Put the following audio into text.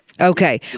Okay